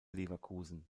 leverkusen